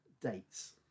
dates